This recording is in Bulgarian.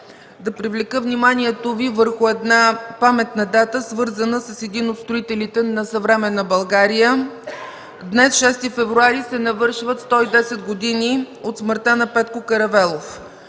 да привлека вниманието Ви върху една паметна дата, свързана с един от строителите на съвременна България. Днес, 6 февруари, се навършват 110 години от смъртта на Петко Каравелов.